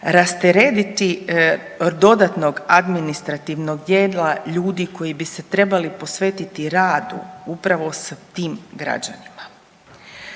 rasteretiti dodatnog administrativnog dijela ljudi koji bi se trebali posvetiti radu upravo s tim građanima.